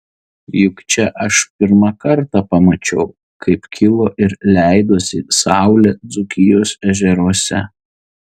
juk čia aš pirmą kartą pamačiau kaip kilo ir leidosi saulė dzūkijos ežeruose